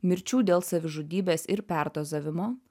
mirčių dėl savižudybės ir perdozavimo